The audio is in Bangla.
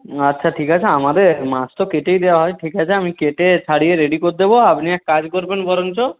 আচ্ছা ঠিক আছে আমাদের মাছ তো কেটেই দেওয়া হয় ঠিক আছে আমি কেটে ছাড়িয়ে রেডি করে দেবো আপনি এক কাজ করবেন বরঞ্চ